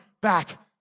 back